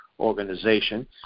organization